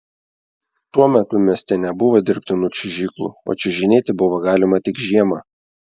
tuo metu mieste nebuvo dirbtinų čiuožyklų o čiuožinėti buvo galima tik žiemą